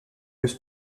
his